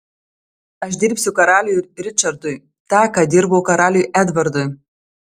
aš dirbsiu karaliui ričardui tą ką dirbau karaliui edvardui